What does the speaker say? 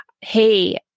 Hey